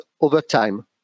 overtime